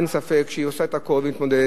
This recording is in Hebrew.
אין ספק שהיא עושה את הכול ומתמודדת,